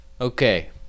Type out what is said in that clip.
Okay